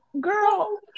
girl